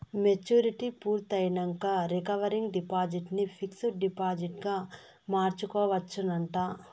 maturity పూర్తయినంక recurring deposit ని fixed డిపాజిట్గ మార్చుకోవచ్చునంట